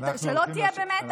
שלא תהיה במתח.